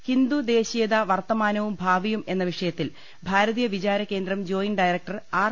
ഹിന്ദു ദേശീയത വർത്തമാനവും ഭാവിയും എന്ന വിഷയത്തിൽ Bharatiya Vicharakendram joint director R